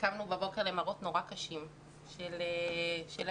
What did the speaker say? קמנו בבוקר למראות נורא קשים של אלימות,